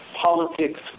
politics